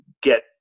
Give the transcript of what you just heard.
get